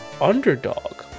underdog